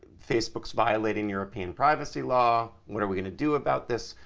facebook's violating european privacy law. what are we going to do about this?